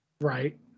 right